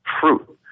fruit